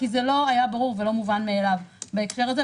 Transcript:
כי זה לא היה ברור ולא מובן מאליו בהקשר הזה,